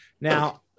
Now